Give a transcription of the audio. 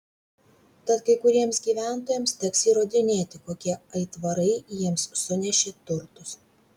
tad kai kuriems gyventojams teks įrodinėti kokie aitvarai jiems sunešė turtus